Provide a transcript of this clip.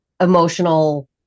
emotional